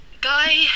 Guy